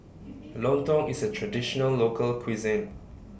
Lontong IS A Traditional Local Cuisine